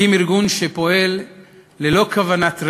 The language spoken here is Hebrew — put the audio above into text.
הקים ארגון שפועל ללא כוונת רווח,